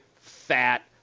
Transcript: fat